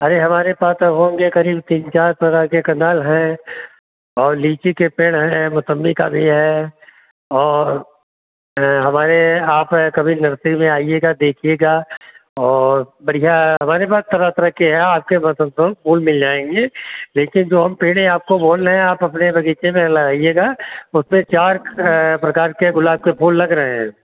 भाई हमारे पास तो होंगे करीब तीन चार प्रकार के कलर हैं और लीची के पेड़ हैं मोसम्बी का भी है और हमारे आप कभी नर्सरी में आइएगा देखिएगा और बढ़िया हमारे पास तरह तरह के हैं वो भी मिल जाएंगे लेकिन जो पेड़ हम आपको बोल रहे हैं आप अपने बगीचे में लगाईएगा उसमें चार प्रकार के गुलाब के फूल लग रहे हैं